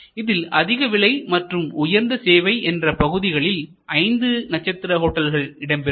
இதில் அதிக விலை மற்றும் உயர்ந்த சேவை என்ற பகுதிகளில் ஐந்து நட்சத்திர ஹோட்டல்கள் இடம்பெறும்